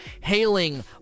hailing